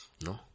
No